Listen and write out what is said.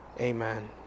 Amen